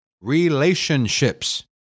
Relationships